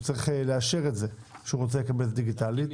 הוא צריך לאשר את זה שהוא רוצה לקבל את זה דיגיטלית.